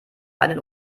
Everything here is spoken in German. einen